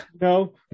No